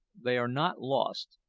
they are not lost,